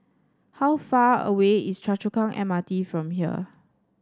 how far away is Choa Chu Kang M R T from here